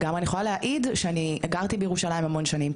אני יכולה להעיד שאני גרתי בירושלים המון שנים,